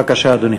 בבקשה, אדוני.